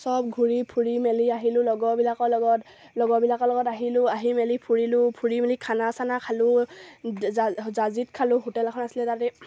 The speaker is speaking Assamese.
সব ঘূৰি ফুৰি মেলি আহিলোঁ লগৰবিলাকৰ লগত লগৰবিলাকৰ লগত আহিলোঁ আহি মেলি ফুৰিলোঁ ফুৰি মেলি খানা চানা খালোঁ জা জাঁজীত খালোঁ হোটেল এখন আছিলে তাতে